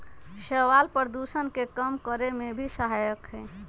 शैवाल प्रदूषण के कम करे में भी सहायक हई